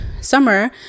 summer